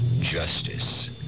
Justice